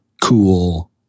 cool